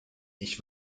ich